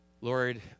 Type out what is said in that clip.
Lord